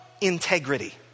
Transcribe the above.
integrity